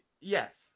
Yes